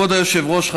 כבוד היושב-ראש,